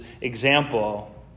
example